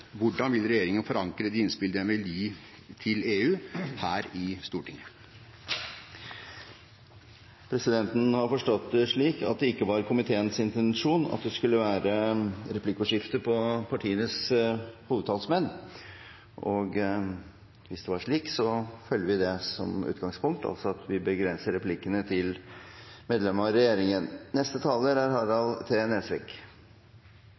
Hvordan vil regjeringen forankre de innspill den vil gi til EU, her i Stortinget? Presidenten har forstått det slik at det ikke var komiteens intensjon at det skulle være replikkordskifte etter partienes hovedtalere. Hvis det er slik, følger vi det. Jeg vil begynne med først å takke statsråden for en grundig redegjørelse, som særlig rettet søkelyset mot EUs utfordringer innen sikkerhetspolitikk, økonomi og på klimafeltet. Europa er